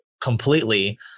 completely